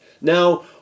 Now